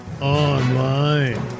online